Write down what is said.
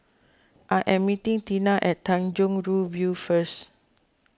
I am meeting Teena at Tanjong Rhu View first